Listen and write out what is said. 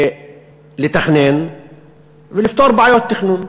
לתכנן ולפתור בעיות תכנון.